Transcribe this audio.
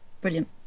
brilliant